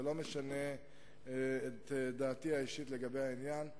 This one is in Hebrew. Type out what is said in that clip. זה לא משנה את דעתי האישית בעניין,